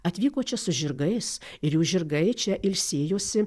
atvyko čia su žirgais ir jų žirgai čia ilsėjosi